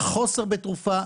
חוסר בתרופה.